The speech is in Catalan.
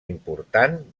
important